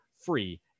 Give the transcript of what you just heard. free